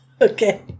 Okay